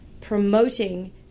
promoting